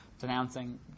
denouncing